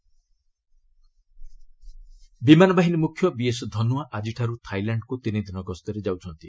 IAF Dhanoa ବିମାନ ବାହିନୀ ମୁଖ୍ୟ ବିଏସ୍ ଧନୱା ଆକ୍କିଠାରୁ ଥାଇଲାଣ୍ଡକୁ ତିନିଦିନ ଗସ୍ତରେ ଯାଉଛନ୍ତି